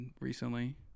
recently